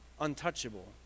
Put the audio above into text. untouchable